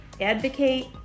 advocate